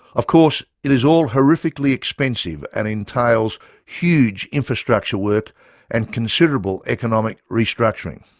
of course, it is all horrifically expensive and entails huge infrastructure work and considerable economic restructuring.